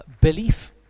belief